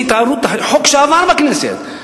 זה חוק שעבר בכנסת,